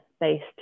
based